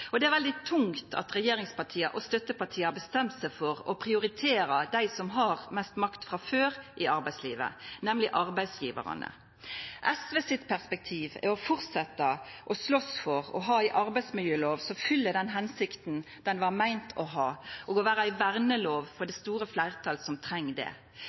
makt. Det er veldig tungt at regjeringspartia og støttepartia har bestemt seg for å prioritera dei som har mest makt frå før i arbeidslivet, nemleg arbeidsgjevarane. SVs perspektiv er å halda fram å slåst for å ha ei arbeidsmiljølov som fyller den hensikta ho var meint å ha, og som er ei vernelov for det store fleirtalet som treng det.